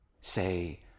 say